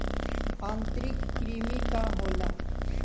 आंतरिक कृमि का होला?